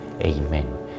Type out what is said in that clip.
Amen